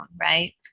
right